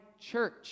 church